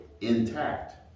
intact